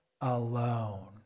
alone